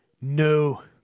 No